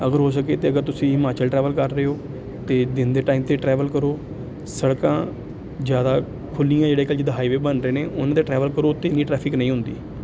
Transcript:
ਅਗਰ ਹੋ ਸਕੇ ਅਤੇ ਅਗਰ ਤੁਸੀਂ ਹਿਮਾਚਲ ਟਰੈਵਲ ਕਰ ਰਹੇ ਹੋ ਤਾਂ ਦਿਨ ਦੇ ਟਾਈਮ 'ਤੇ ਟਰੈਵਲ ਕਰੋ ਸੜਕਾਂ ਜ਼ਿਆਦਾ ਖੁੱਲ੍ਹੀਆਂ ਜਿਹੜੇ ਅੱਜ ਕੱਲ੍ਹ ਜਿੱਦਾਂ ਹਾਈਵੇ ਬਣ ਰਹੇ ਨੇ ਉਹਨਾਂ 'ਤੇ ਟਰੈਵਲ ਕਰੋ ਉਹ 'ਤੇ ਇੰਨੀ ਟਰੈਫਿਕ ਨਹੀਂ ਹੁੰਦੀ